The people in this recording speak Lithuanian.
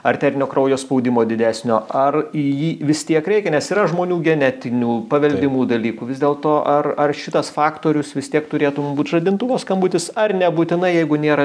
arterinio kraujo spaudimo didesnio ar į jį vis tiek reikia nes yra žmonių genetinių paveldimų dalykų vis dėlto ar ar šitas faktorius vis tiek turėtum būt žadintuvo skambutis ar nebūtinai jeigu nėra